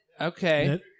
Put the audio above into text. Okay